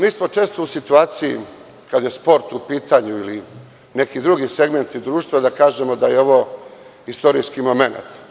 Mi smo često u situaciji kada je sport u pitanju ili neki drugi segmenti društva da kažemoda je ovo istorijski momenat.